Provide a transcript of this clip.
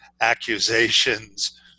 Accusations